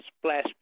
splash